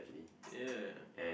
ya